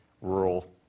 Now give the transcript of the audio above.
rural